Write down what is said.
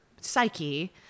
psyche